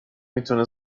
میتونه